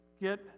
get